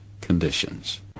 conditions